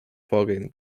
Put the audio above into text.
vorgehen